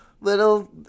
little